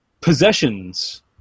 possessions